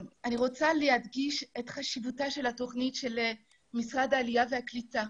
אני רוצה להדגיש את חשיבותה של התוכנית של משרד העלייה והקליטה.